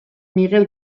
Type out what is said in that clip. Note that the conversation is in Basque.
migel